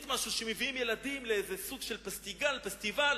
שמביאים ילדים לאיזה סוג של פסטיגל או פסטיבל.